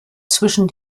zwischen